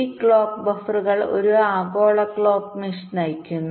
ഈ ക്ലോക്ക് ബഫറുകൾ ഒരു ആഗോള ക്ലോക്ക് മെഷ് നയിക്കുന്നു